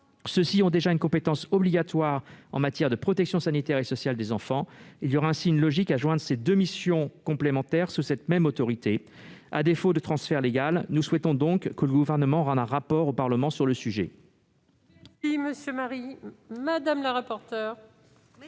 Ceux-ci ont déjà une compétence obligatoire en matière de protection sanitaire et sociale des enfants. Il y aurait ainsi une logique à confier ces deux missions complémentaires à cette même autorité. À défaut d'un transfert légal, nous souhaitons que le Gouvernement rende un rapport au Parlement sur le sujet. Quel est l'avis de la commission